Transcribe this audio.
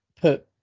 put